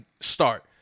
start